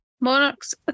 Monarchs